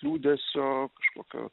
liūdesio kažkokio